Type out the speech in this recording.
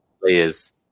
players